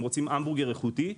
הם רוצים המבורגר איכותי.